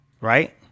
right